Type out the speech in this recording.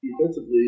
Defensively